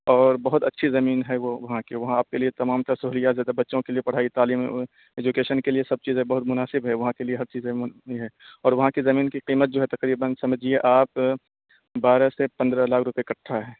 اور بہت اچھی زمین ہے وہ وہاں کی وہاں آپ کے لیے تمام تر سہولیات جیسے بچوں کے لیے پڑھائی تعلیم ایجوکیشن کے لیے سب چیز ہے بہت مناسب ہے وہاں کے لیے ہر چیز ہے اور وہاں کی زمین کی قیمت جو ہے تقریباً سمجھیے آپ بارہ سے پندرہ لاکھ روپے کٹھا ہے